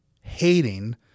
Hating